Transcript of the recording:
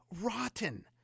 Rotten